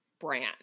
brand